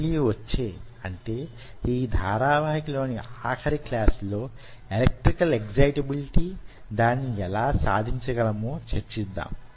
మళ్లీ వచ్చే అంటే ఈ ధారావాహిక లోని ఆఖరి క్లాస్ లో ఎలక్ట్రికల్ ఎగ్జైటబిలిటీ దానిని యెలా సాధించగలమో చర్చిద్దాం